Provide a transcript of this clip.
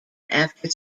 after